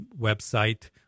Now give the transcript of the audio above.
website